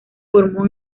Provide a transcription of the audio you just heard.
formó